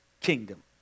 Kingdom